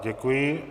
Děkuji.